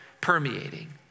permeating